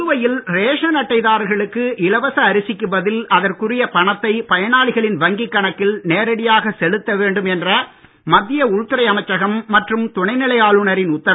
புதுவையில் ரேஷன் அட்டைதாரர்களுக்கு இலவச அரிசிக்கு பதில் அதற்குரிய பணத்தை பயனாளிகளின் வங்கிக் கணக்கில் நேரடியாக செலுத்த வேண்டும் என்ற மத்திய உள்துறை அமைச்சகம் மற்றும் துணைநிலை திரு